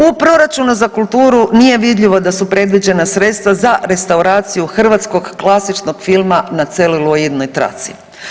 U proračunu za kulturu nije vidljivo da su predviđena sredstva za restauraciju Hrvatskog klasičnog filma na celiluidnoj traci.